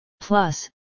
Plus